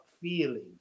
feeling